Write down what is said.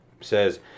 says